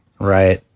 right